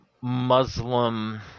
Muslim